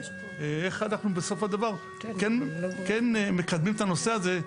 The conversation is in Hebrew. איך אנחנו בסופו של דבר כן מקדמים את הנושא הזה,